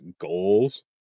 goals